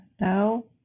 no